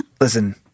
Listen